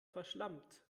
verschlampt